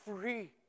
free